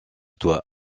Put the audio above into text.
toi